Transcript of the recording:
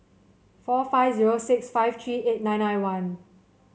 four five zero six five three eight nine nine one